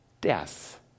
death